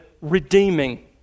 redeeming